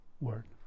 word